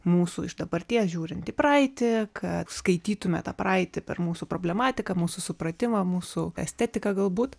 mūsų iš dabarties žiūrint į praeitį kad skaitytume tą praeitį per mūsų problematiką mūsų supratimą mūsų estetiką galbūt